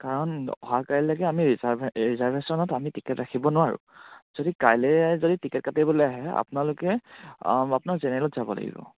কাৰণ অহা কাইলেকে আমি ৰিজাৰ্ভে ৰিজাৰ্ভেশ্যনত আমি টিকেট ৰাখিব নোৱাৰোঁ যদি কাইলে যদি টিকেট কাটিবলে আহে আপোনালোকে আপোনাক জেনেৰেলত যাব লাগিব